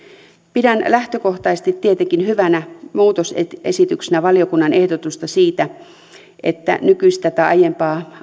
pidän lähtökohtaisesti tietenkin hyvänä muutosesityksenä valiokunnan ehdotusta siitä että nykyistä tai aiempaa